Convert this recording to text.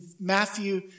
Matthew